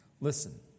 listen